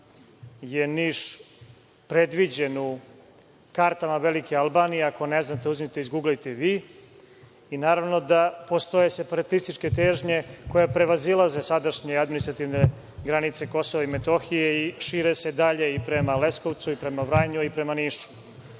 je Niš predviđen u kartama velike Albanije, ako ne znate, uzmite izguglajte vi. Naravno da postoje separatističke težnje koje prevazilaze sadašnje administrativne granice Kosova i Metohije i šire se dalje i prema Leskovcu i prema Vranju i prema Nišu.I,